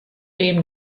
game